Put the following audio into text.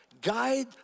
guide